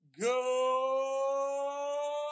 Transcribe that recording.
go